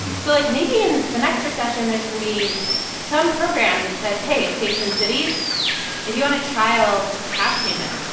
so, like, maybe in the next recession, there's going to be some program that says, hey, states and cities if you want to trial just cash payments,